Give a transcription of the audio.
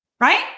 Right